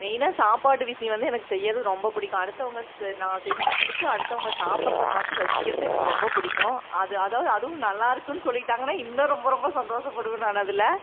மெய்னாக சாப்பாட்டு விஷயம் வந்து எனக்கு செய்யறது ரொம்ப பிடிக்கும் அடுத்தவங்க ச நா செஞ்சு கொடுத்து அடுத்தவங்க சாப்பிட்றத பார்த்து ரசிக்கிறது எனக்கு ரொம்ப பிடிக்கும் அது அதாவது அதுவும் நல்லாருக்குன்னு சொல்லி விட்டாங்கன்னா இன்னும் ரொம்ப ரொம்ப சந்தோஷப்படுவேன் நான் அதில்